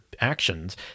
actions